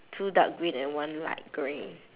two dark green and one light grey